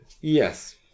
yes